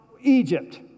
Egypt